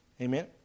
Amen